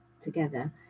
together